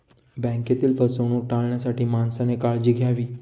बँकेतील फसवणूक टाळण्यासाठी माणसाने काळजी घ्यावी